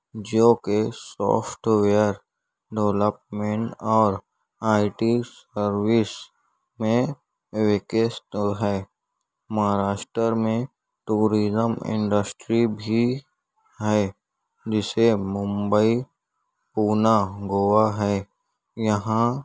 جو کہ software development اور آئی ٹی سروس میں ہے مہاراشٹر میں ٹورازم انڈسٹری بھی ہے جسے ممبئی پونا گوا ہے یہاں